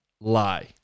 lie